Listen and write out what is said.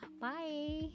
Bye